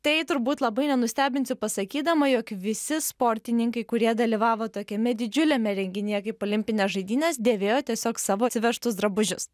tai turbūt labai nenustebinsiu pasakydama jog visi sportininkai kurie dalyvavo tokiame didžiuliame renginyje kaip olimpinės žaidynės dėvėjo tiesiog savo atsivežtus drabužius